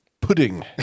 pudding